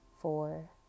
four